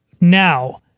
now